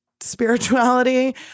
spirituality